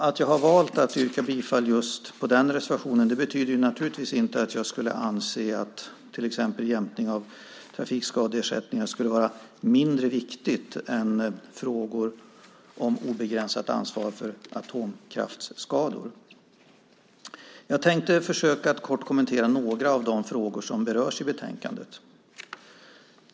Att jag valt att yrka bifall till just den reservationen betyder naturligtvis inte att jag anser att till exempel jämkning av trafikskadeersättningar skulle vara mindre viktigt än frågor om obegränsat ansvar vid atomkraftsskador. Jag tänkte försöka att kort kommentera några av de frågor som berörs i betänkandet.